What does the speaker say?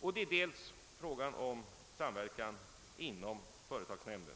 dels gäller det samverkan inom företagsnämnden.